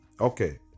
Okay